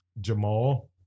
Jamal